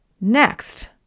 Next